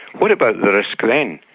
what about the risk then?